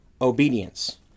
obedience